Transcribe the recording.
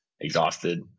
Exhausted